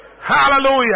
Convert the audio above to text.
Hallelujah